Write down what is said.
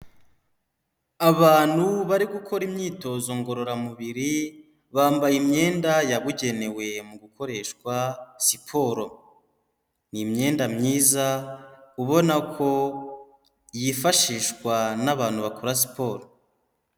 Abanu bari gukora imyitozo ngororamubiri bambaye imyenda yabugenewe mu gukoreshwa siporo, ni imyenda myiza ubona ko yifashishwa n'abanu bakora siporo.